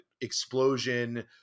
explosion